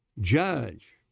judge